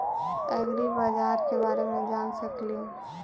ऐग्रिबाजार के बारे मे जान सकेली?